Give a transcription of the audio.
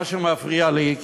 מה שמפריע לי,